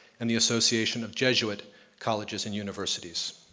and the association of jesuit colleges and universities.